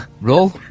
Roll